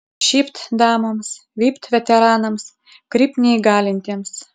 šypt damoms vypt veteranams krypt neįgalintiems